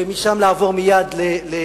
ומשם לעבור לטייבה,